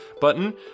button